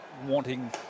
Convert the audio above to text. wanting